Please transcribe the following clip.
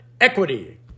equity